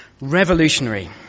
Revolutionary